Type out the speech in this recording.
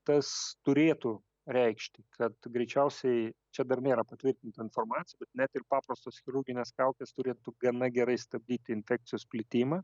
tas turėtų reikšti kad greičiausiai čia dar nėra patvirtinta informacija net ir paprastos chirurginės kaukės turėtų gana gerai stabdyti infekcijos plitimą